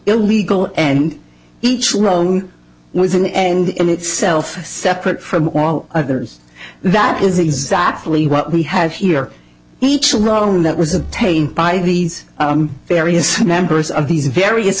illegal and each wrong with an end in itself separate from all others that is exactly what we have here each wrong that was obtained by these various members of these various